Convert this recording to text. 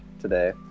today